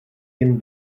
jen